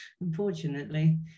unfortunately